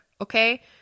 okay